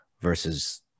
versus